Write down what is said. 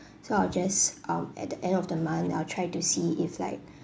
so I'll just um at the end of the month I'll try to see if like